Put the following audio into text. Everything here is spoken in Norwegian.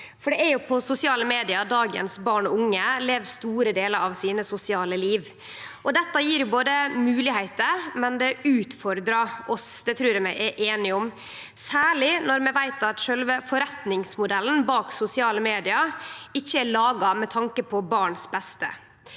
for det er jo på sosiale medium dagens barn og unge lever store delar av sitt sosiale liv. Dette gjev moglegheiter, men det utfordrar oss òg, det trur eg vi er einige om – særleg når vi veit at sjølve forretningsmodellen bak sosiale medium ikkje er laga med tanke på barns beste.